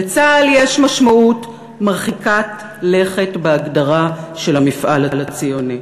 לצה"ל יש משמעות מרחיקת לכת בהגדרה של המפעל הציוני,